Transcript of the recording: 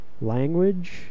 language